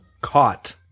caught